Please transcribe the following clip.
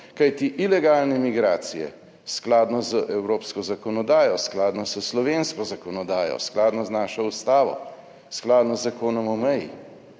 kajti, ilegalne migracije skladno z evropsko zakonodajo, skladno s slovensko zakonodajo, skladno z našo Ustavo, skladno z Zakonom o meji,